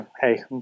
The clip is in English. Hey